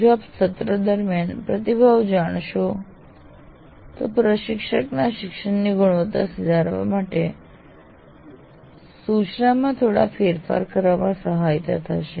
જો આપ સત્ર દરમિયાન પ્રતિભાવ જાણશો તો પ્રશિક્ષકના શિક્ષણની ગુણવત્તા સુધારવા માટે સૂચનામાં થોડા ફેરફાર કરવામાં સહાયતા થશે